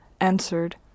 answered